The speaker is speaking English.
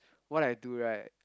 what I do right